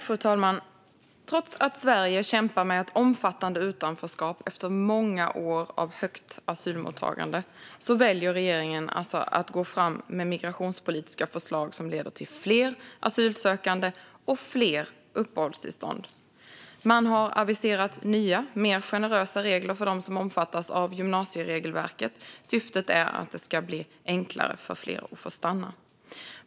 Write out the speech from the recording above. Fru talman! Trots att Sverige kämpar med ett omfattande utanförskap efter många år av högt asylmottagande väljer regeringen att gå fram med migrationspolitiska förslag som leder till fler asylsökande och fler uppehållstillstånd. Man har aviserat nya mer generösa regler för dem som omfattas av gymnasieregelverket. Syftet är att det ska bli enklare för fler att få stanna.